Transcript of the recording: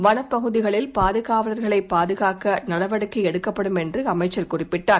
வனப்பகுதிகளில் பாதுகாவலர்களைபாதுகாக்கநடவடிக்கைஎடுக்கப்படும் என்றுஅமைச்சர் குறிப்பிட்டார்